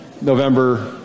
November